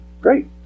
Great